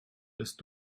bist